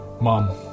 Mom